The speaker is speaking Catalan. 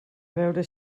veure